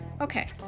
Okay